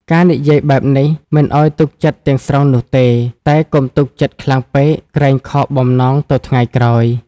ការនិយាយបែបនេះ មិនអោយទុកចិត្តទាំងស្រុងនោះទេ តែកុំទុកចិត្តខ្លាំងពេក ក្រែងខកបំណងទៅថ្ងៃក្រោយ។